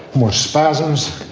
more spasms,